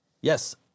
Yes